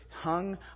hung